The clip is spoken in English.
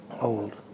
old